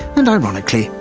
and ironically,